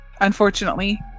unfortunately